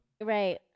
Right